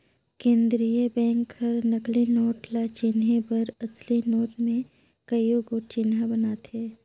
केंद्रीय बेंक हर नकली नोट ल चिनहे बर असली नोट में कइयो गोट चिन्हा बनाथे